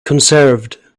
conserved